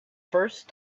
first